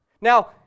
Now